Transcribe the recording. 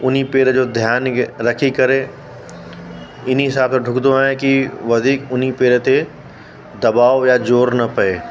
हुन पेर जो ध्यानु खे रखी करे हिन हिसाब सां डुकंदो आहियां कि वधीक हुन पेर ते दबाव या ज़ोरु न पिए